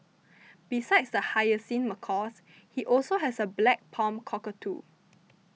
besides the hyacinth macaws he also has a black palm cockatoo